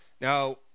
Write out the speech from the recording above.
Now